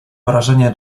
wrażenie